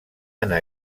anar